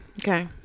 Okay